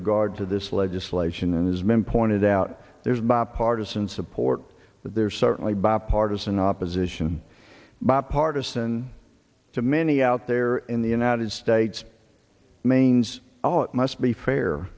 regard to this legislation and as men pointed out there's bipartisan support but there's certainly bipartisan opposition bipartisan to many out there in the united states maine's oh it must be fair